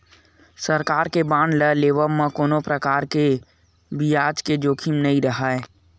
सरकार के बांड ल लेवब म कोनो परकार ले बियाज के जोखिम नइ राहय